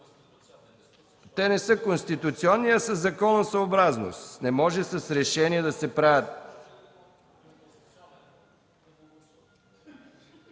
Това не са конституционни, а са законосъобразни. Не може с решения да се правят...